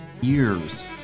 years